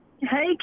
Hey